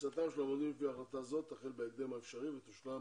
כניסתם של המועמדים לפי החלטה זו תחל בהקדם האפשרי ותושלם